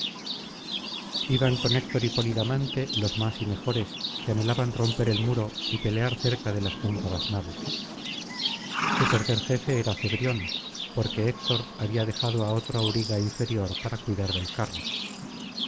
iban con héctor y polidamante los más y mejores que anhelaban romper el muro y pelear cerca de las cóncavas naves su tercer jefe era cebrión porque héctor había dejado á otro auriga inferior para cuidar del carro